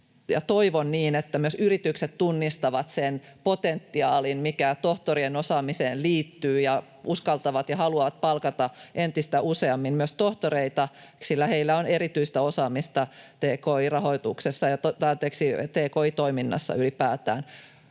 toivon niin — myös yritykset tunnistavat sen potentiaalin, mikä tohtorien osaamiseen liittyy, ja uskaltavat ja haluavat palkata entistä useammin myös tohtoreita, sillä heillä on erityistä osaamista tki-toiminnassa. Kysyttiin